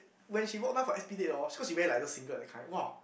when she walk down for s_p date oh cause she wear like those singlet that kind !wah!